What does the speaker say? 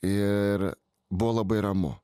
ir buvo labai ramu